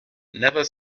never